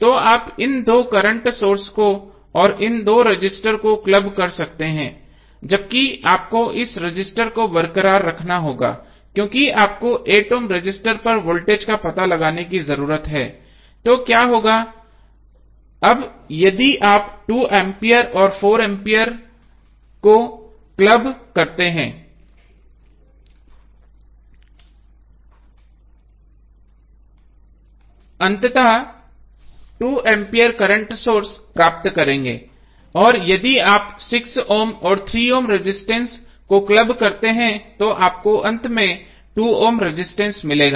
तो आप इन दो करंट सोर्स को और इन दो रजिस्टर को क्लब कर सकते हैं जबकि आपको इस रजिस्टर को बरकरार रखना होगा क्योंकि आपको 8 ओम रजिस्टर पर वोल्टेज का पता लगाने की जरूरत है तो क्या होगा अब यदि आप 2 एम्पीयर और 4 एम्पीयर को क्लब करते हैं आप अंततः 2 एम्पीयर करंट सोर्स प्राप्त करेंगे और यदि आप 6 ओम और 3 ओम रजिस्टेंस को क्लब करते हैं तो आपको अंत में 2 ओम रजिस्टेंस मिलेगा